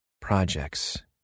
projects